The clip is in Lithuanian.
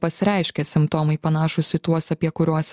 pasireiškė simptomai panašūs į tuos apie kuriuos